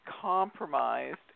compromised